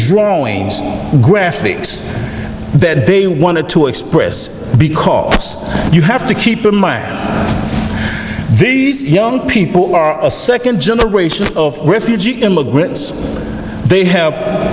drawings graphics that they wanted to express because you have to keep in mind these young people are a second generation of refugee immigrants they have